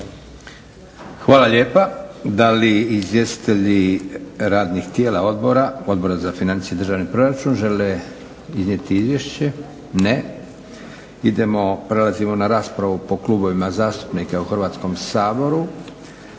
Hvala lijepa. Da li izvjestitelji radnih tijela Odbora za financije i državni proračun žele iznijeti izvješće? Ne. Prelazimo na raspravu po klubovima zastupnika u Hrvatskom saboru.